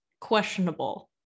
questionable